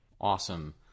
Awesome